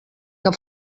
que